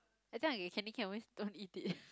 every time I get candy cane I always don't eat it